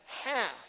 half